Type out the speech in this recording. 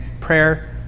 prayer